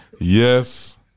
yes